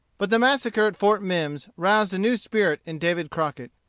but the massacre at fort mimms roused a new spirit in david crockett.